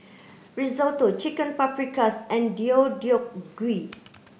Risotto Chicken Paprikas and Deodeok Gui